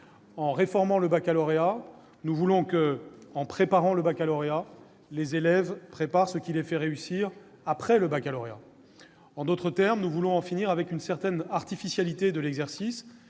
en réformant le baccalauréat, nous voulons que, en le préparant, les élèves préparent ce qui les fera réussir après. En d'autres termes, nous voulons en finir avec une certaine artificialité de l'exercice,